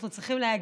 אנחנו צריכים להגיד